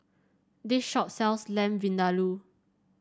this shop sells Lamb Vindaloo